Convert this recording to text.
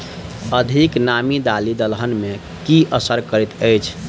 अधिक नामी दालि दलहन मे की असर करैत अछि?